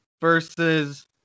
versus